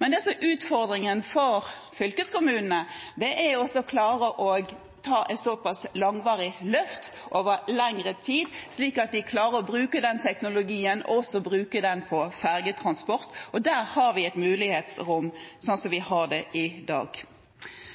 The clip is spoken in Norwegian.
men utfordringen for fylkeskommunene er å klare å ta et såpass langvarig løft over lengre tid at de klarer å bruke den teknologien også på fergetransport. Der har vi et mulighetsrom, slik vi har det i dag.